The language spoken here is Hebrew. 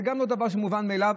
זה גם לא דבר מובן מאליו.